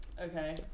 Okay